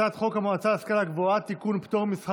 הצעת חוק המועצה להשכלה גבוהה (תיקון,